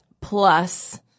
plus